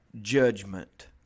judgment